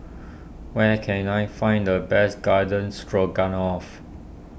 where can I find the best Garden Stroganoff